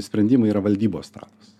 sprendimai yra valdybos stalas